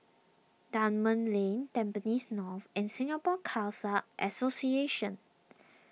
Dunman Lane Tampines North and Singapore Khalsa Association